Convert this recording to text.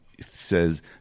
says